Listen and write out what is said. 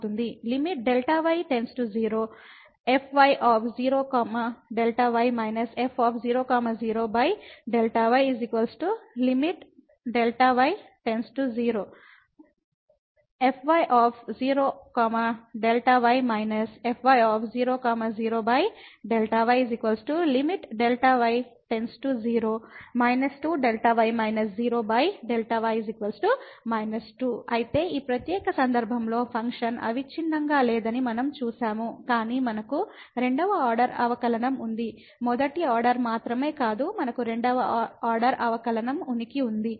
Δy 0 fy0 Δy − fy0 0Δy Δy 0 fy0 Δy − fy0 0Δy Δy 0 2Δy 0Δ y 2 కాబట్టి ఈ ప్రత్యేక సందర్భంలో function అవిచ్ఛిన్నంగా లేదని మనం చూశాము కాని మనకు రెండవ ఆర్డర్ అవకలనం ఉంది మొదటి ఆర్డర్ మాత్రమే కాదు మనకు రెండవ ఆర్డర్ అవకలనం ఉనికి ఉంది